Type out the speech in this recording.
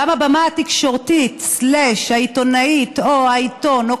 גם הבמה התקשורתית/העיתונאית או העיתון או